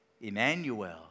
Emmanuel